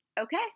Okay